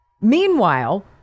Meanwhile